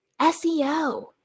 SEO